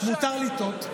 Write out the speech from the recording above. אגב, מותר לטעות.